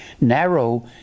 Narrow